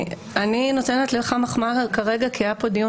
אני נותנת לך מחמאה כרגע כי היה פה דיון